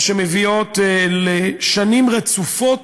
שמביאות לשנים רצופות